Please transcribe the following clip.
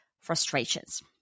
frustrations